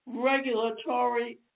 regulatory